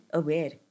aware